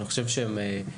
אני חושב שבגדול,